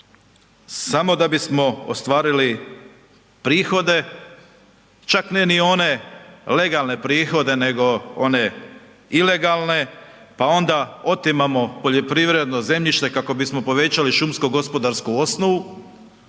samo da bismo ostvarili prihode, čak ne ni one legalne prihode nego one ilegalne, pa onda otimamo poljoprivredno zemljište kako bismo povećali šumsko gospodarsku osnovu,